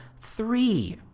three